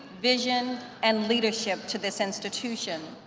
vision and leadership to this institution.